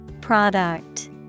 Product